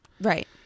Right